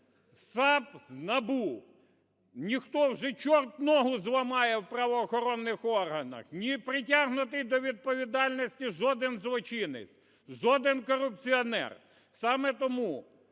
САП з НАБУ. Ніхто… Вже "чорт ногу зламає" в правоохоронних органах. Не притягнутий до відповідальності жоден злочинець, жоден корупціонер. Саме тому